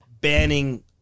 banning